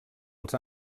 els